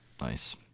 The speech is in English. nice